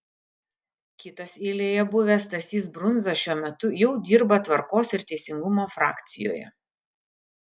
kitas eilėje buvęs stasys brundza šiuo metu jau dirba tvarkos ir teisingumo frakcijoje